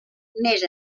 més